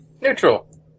Neutral